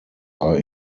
are